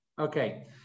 Okay